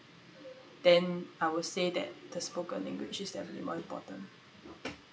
then I will say that the spoken language is definitely more important